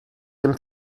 dem